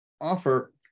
offer